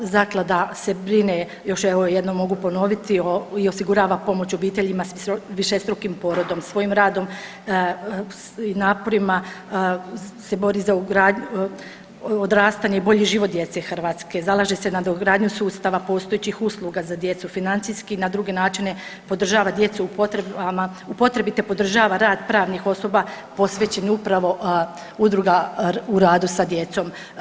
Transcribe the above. Zaklada se brine, još evo jednom mogu ponoviti i osigurava pomoć obiteljima s višestrukim porodom, svojim radom i naporima se bori za odrastanje i bolji život djece Hrvatske, zalaže se za nadogradnju sustava postojećih usluga za djecu financijski i na druge načine podržava djecu u potrebama, u potrebi, te podržava rad pravnih osoba posvećenih upravo udruga u radu sa djecom.